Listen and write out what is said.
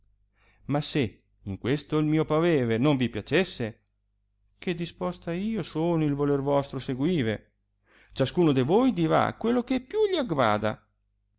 ma se in questo il mio parere non vi piacesse che disposta io sono il voler vostro seguire ciascuno de voi dirà quello che più gli aggrada